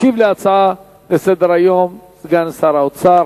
ישיב על ההצעה לסדר-היום סגן שר האוצר,